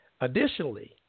Additionally